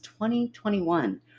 2021